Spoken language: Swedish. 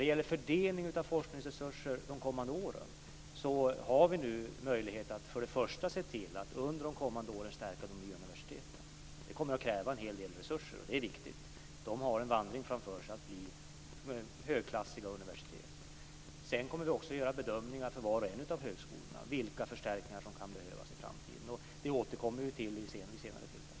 Beträffande fördelning av forskningsresurser under de kommande åren har vi nu möjlighet att se till att stärka de nya universiteten. Detta kommer att kräva en hel del resurser, men det är viktigt. De nya universiteten har en vandring framför sig för att bli högklassiga universitet. Sedan kommer vi att göra bedömningar av var och en av högskolorna och av vilka förstärkningar som kan behövas i framtiden. Det återkommer vi till vid ett senare tillfälle.